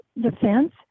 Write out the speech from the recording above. defense